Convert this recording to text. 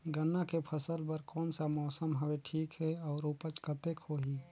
गन्ना के फसल बर कोन सा मौसम हवे ठीक हे अउर ऊपज कतेक होही?